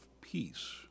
peace